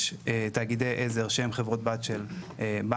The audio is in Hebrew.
יש תאגידי עזר שהם חברות בת של בנקים,